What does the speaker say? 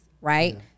right